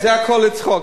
זה הכול בצחוק.